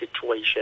situation